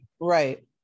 Right